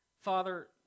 Father